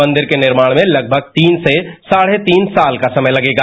मंदिर के निर्माण में तीन से साढे तीन साल का समय लगेगा